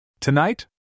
Tonight